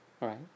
right